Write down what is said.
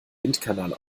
windkanal